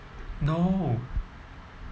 no